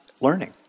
learning